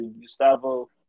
Gustavo